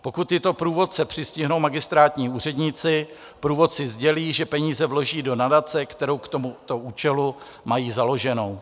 Pokud tyto průvodce přistihnou magistrátní úředníci, průvodci sdělí, že peníze vloží do nadace, kterou k tomuto účelu mají založenou.